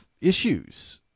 issues